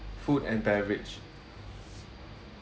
food and beverage